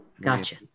Gotcha